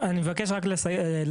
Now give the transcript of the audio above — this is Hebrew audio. אפשר רק לסיים?